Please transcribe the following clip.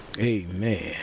amen